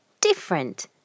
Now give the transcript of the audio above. different